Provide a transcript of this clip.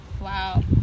Wow